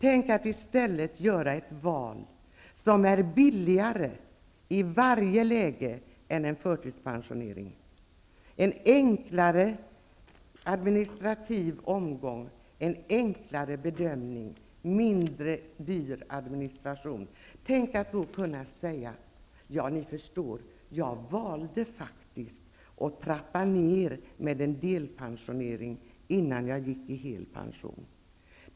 Tänk att i stället få göra ett val, som i varje läge är mindre kostsamt än en förtidspensionering och som innebär ett enklare administrativt förfarande, ett enklare bedömningsförfarande och som dessutom ger mindre kostsam administration. Tänk att i stället då kunna säga: Jag valde faktiskt att trappa ned med hjälp av delpension innan jag gick i helpension.